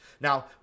Now